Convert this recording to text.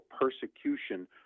persecution